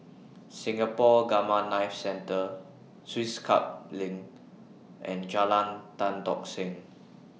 Singapore Gamma Knife Centre Swiss Club LINK and Jalan Tan Tock Seng